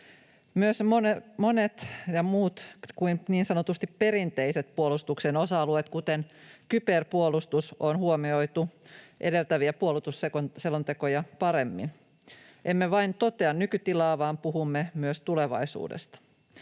Myös monet muut kuin niin sanotusti perinteiset puolustuksen osa-alueet, kuten kyberpuolustus, on huomioitu edeltäviä puolustusselontekoja paremmin. Emme vain totea nykytilaa vaan puhumme myös tulevaisuudesta.